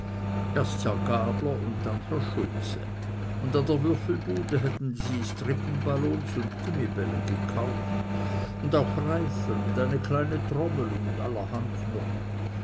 erst herr gabler und dann herr schulze und an der würfelbude hätten sie strippenballons und gummibälle gekauft und auch reifen und eine kleine trommel und allerhand noch